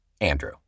Andrew